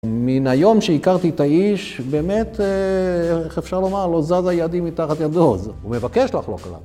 מן היום שהכרתי את האיש, באמת, איך אפשר לומר, לו זזה ידי מתחת ידו, הוא מבקש לחלוק לנו.